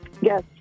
Yes